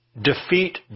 defeat